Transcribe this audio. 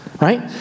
right